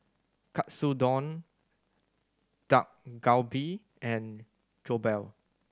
Katsudon Dak Galbi and Jokbal